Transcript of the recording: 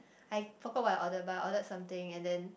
I forgot what I ordered but I ordered something and then